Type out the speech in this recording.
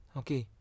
okay